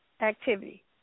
activity